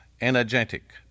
energetic